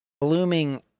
blooming